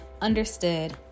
understood